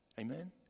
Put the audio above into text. Amen